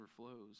overflows